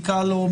נקרא לו,